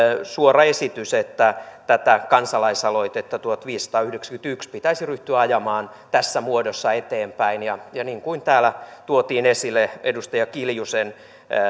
suora esitys että tätä kansalaisaloitetta tuhatviisisataayhdeksänkymmentäyksi pitäisi ryhtyä ajamaan tässä muodossa eteenpäin ja ja niin kuin täällä tuotiin esille edustaja kiljusen